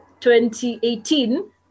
2018